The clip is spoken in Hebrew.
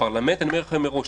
וכפרלמנט אני אומר לכם מראש,